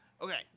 Okay